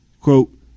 Quote